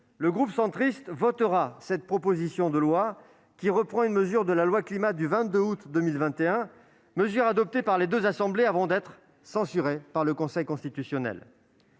le groupe Union Centriste votera cette proposition de loi, qui reprend une mesure de la loi Climat du 22 août 2021, une mesure adoptée par les deux assemblées avant d'être censurée par le Conseil constitutionnel.